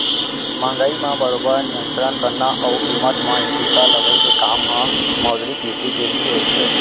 महंगाई म बरोबर नियंतरन करना अउ कीमत म स्थिरता लवई के काम ह मौद्रिक नीति के ही रहिथे